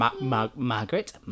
Margaret